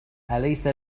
أليس